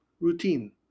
routine